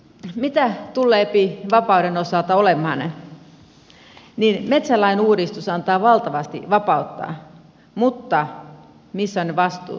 mitä tuleepi vapauden osalta olemaan niin metsälain uudistus antaa valtavasti vapautta mutta missä ovat ne vastuut